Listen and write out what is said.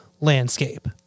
landscape